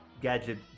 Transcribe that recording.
gadget